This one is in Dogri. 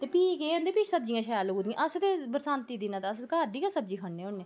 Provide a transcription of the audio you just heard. ते भी केह् होंदी भी सब्ज़ियां शैल उग्गदियां अस ते बरसांती दिना दा अस घर दी गै सब्ज़ी ख'न्ने होने